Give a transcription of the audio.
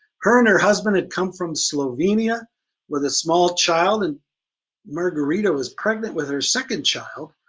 her and her husband had come from slovenia with a small child and margarita was pregnant with her second child.